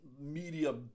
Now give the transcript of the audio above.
media